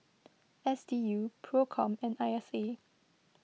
S D U Procom and I S A